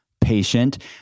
patient